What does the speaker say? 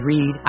Read